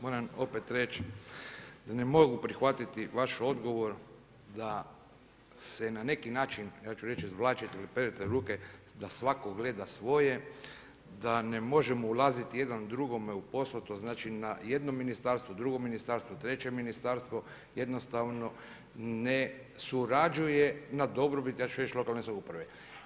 Moram opet reć da ne mogu prihvatiti vaš odgovor da se na neki način, ja ću reći, izvlačite ili perete ruke da svako gleda svoje, da ne možemo ulaziti jedan drugome u posao, to znači na jedno ministarstvo, drugo ministarstvo, treće ministarstvo jednostavno ne surađuje na dobrobit lokalne samouprave.